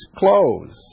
clothes